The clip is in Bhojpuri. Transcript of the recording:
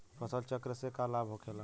फसल चक्र से का लाभ होखेला?